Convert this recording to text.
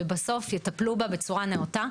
ובסוף יטפלו בה בצורה נאותה.